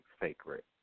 sacred